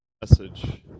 message